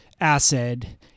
acid